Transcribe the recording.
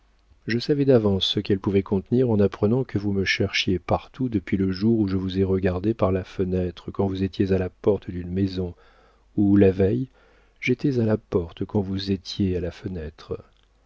je savais d'avance ce qu'elles pouvaient contenir en apprenant que vous me cherchiez partout depuis le jour que je vous ai regardé par la fenêtre quand vous étiez à la porte d'une maison où la veille j'étais à la porte quand vous étiez à la fenêtre